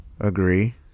agree